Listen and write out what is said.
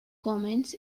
comments